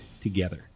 together